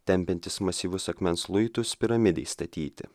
tempiantys masyvius akmens luitus piramidei statyti